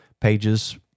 pages